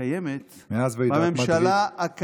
קיימת בממשלה, מאז ועידת מדריד.